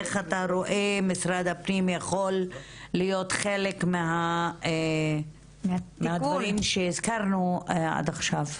איך אתה רואה משרד הפנים יכול להיות חלק מהדברים שהזכרנו עד עכשיו?